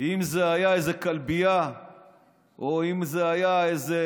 אם זאת הייתה איזו כלבייה או אם זה היה איזה